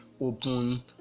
open